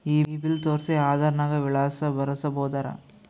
ಈ ಬಿಲ್ ತೋಸ್ರಿ ಆಧಾರ ನಾಗ ವಿಳಾಸ ಬರಸಬೋದರ?